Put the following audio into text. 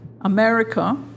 America